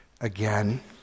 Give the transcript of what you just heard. again